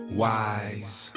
wise